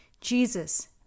Jesus